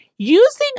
using